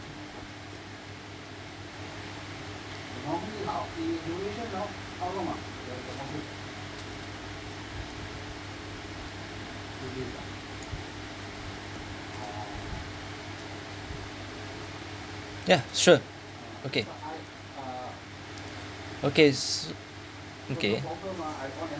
ya sure okay okay okay